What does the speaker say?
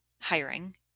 hiring